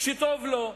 שטוב לו,